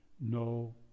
no